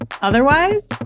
Otherwise